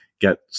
get